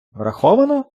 враховано